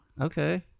Okay